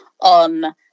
on